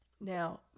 now